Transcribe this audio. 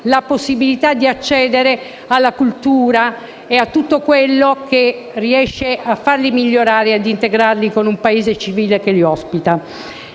la possibilità di accedere alla cultura e a tutto quanto contribuisca a farli migliorare e integrare nel Paese civile che li ospita.